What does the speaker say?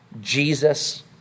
Jesus